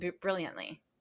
brilliantly